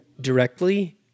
directly